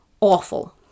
awful